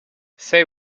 say